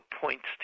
points